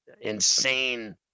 insane